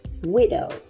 widow